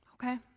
Okay